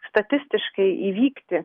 statistiškai įvykti